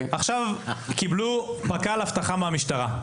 עכשיו קיבלו פק"ל אבטחה מהמשטרה.